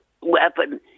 weapon